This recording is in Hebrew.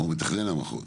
או מתכנן המחוז,